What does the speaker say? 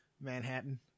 Manhattan